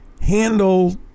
handle